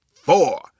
four